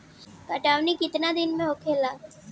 कटनी केतना दिन में होला?